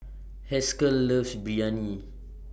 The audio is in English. Haskell loves Biryani